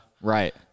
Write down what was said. Right